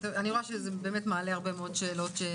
אני רואה שזה מעלה הרבה מאוד שאלות.